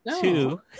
two